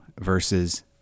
Versus